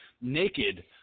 naked